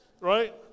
right